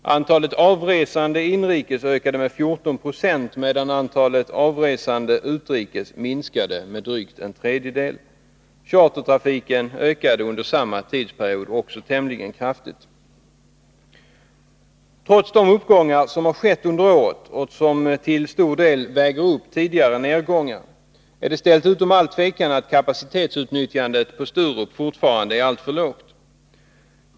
Antalet inrikes avresande ökade med 14 96, medan antalet utrikes avresande minskade med en tredjedel. Chartertrafiken ökade under samma tidsperiod tämligen kraftigt. Trots de uppgångar som skett under året — och som till stor del väger upp tidigare nedgångar — är det ställt utom allt tvivel att kapacitetsutnyttjandet på Sturup fortfarande är alltför lågt.